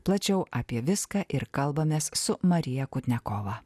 plačiau apie viską ir kalbamės su marija kutnekova